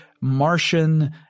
Martian